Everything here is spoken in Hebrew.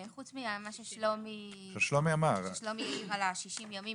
חוץ ממה ששלומי העיר על ה-60 ימים,